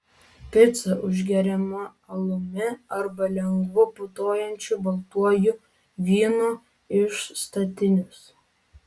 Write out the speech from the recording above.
pica užgeriama alumi arba lengvu putojančiu baltuoju vynu iš statinės